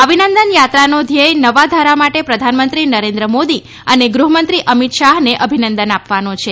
અવિનંદન યાત્રાનો ધ્યેય નવા ધારા માટે પ્રધાનમંત્રી નરેન્દ્ર મોદી અને ગુહ્મંત્રી અમિત શાહને અભિનંદન આપવાનો છે